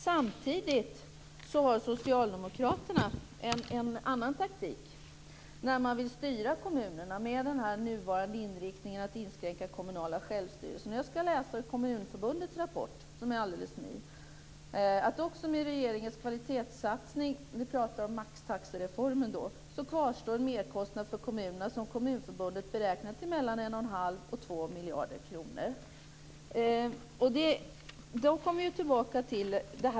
Samtidigt har socialdemokraterna en annan taktik när man vill styra kommunerna med den nuvarande inriktningen att inskränka den kommunala självstyrelsen. Av Kommunförbundets alldeles nya rapport framgår att också med regeringens kvalitetssatsning - jag pratar om maxtaxereformen - kvarstår en merkostnad för kommunerna som Kommunförbundet beräknar till mellan 11⁄2 och 2 miljarder kronor.